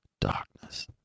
darkness